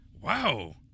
Wow